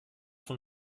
von